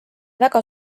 väga